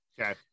Okay